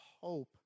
hope